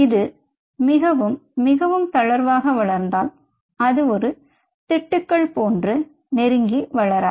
இது மிகவும் இது மிகவும் தளர்வாக வளர்ந்தால் அது ஒரு திட்டுக்கள் போன்று நெருங்கி வளராது